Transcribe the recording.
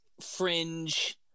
fringe